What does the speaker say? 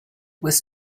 was